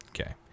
Okay